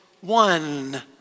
one